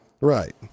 right